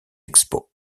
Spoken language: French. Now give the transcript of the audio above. expos